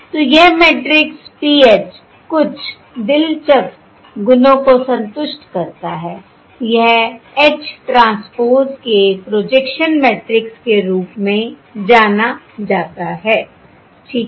तो यह matrix PH कुछ दिलचस्प गुणों को संतुष्ट करता है यह H ट्रांसपोज़ के प्रोजेक्शन मैट्रिक्स के रूप में जाना जाता है ठीक है